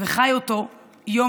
וחי אותו יום-יום,